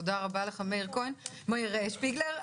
תודה רבה לך, מאיר שפיגלר.